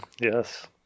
Yes